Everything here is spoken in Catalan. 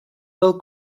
del